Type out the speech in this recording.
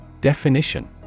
Definition